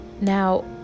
Now